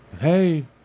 Hey